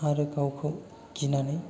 आरो गावखौ गिनानै